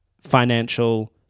financial